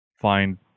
find